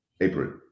April